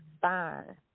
fine